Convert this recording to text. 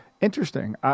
Interesting